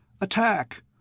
Attack